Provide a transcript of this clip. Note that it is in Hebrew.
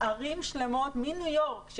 ערים שלמות מניו יורק,